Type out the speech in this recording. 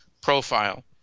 profile